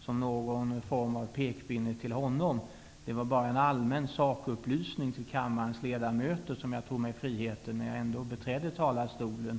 som någon form av pekpinne till honom. Det var bara en allmän sakupplysning till kammarens ledamöter som jag tog mig friheten att komma med när jag ändå beträdde talarstolen.